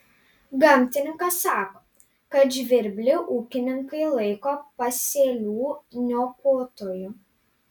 gamtininkas sako kad žvirblį ūkininkai laiko pasėlių niokotoju